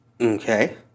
Okay